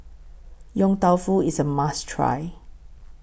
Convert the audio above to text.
Yong Tau Foo IS A must Try